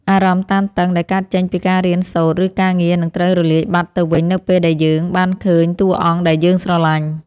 អារម្មណ៍តានតឹងដែលកើតចេញពីការរៀនសូត្រឬការងារនឹងត្រូវរលាយបាត់ទៅវិញនៅពេលដែលយើងបានឃើញតួអង្គដែលយើងស្រឡាញ់។